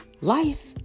life